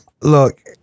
Look